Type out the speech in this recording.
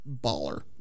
baller